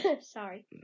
Sorry